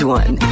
one